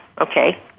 okay